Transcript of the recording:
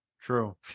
True